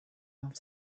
off